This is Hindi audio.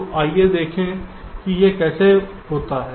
तो आइए देखें कि यह कैसे होता है